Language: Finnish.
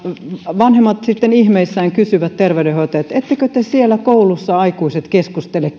vanhemmat sitten ihmeissään kysyvät terveydenhoitajalta että ettekö te aikuiset siellä koulussa keskustele